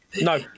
No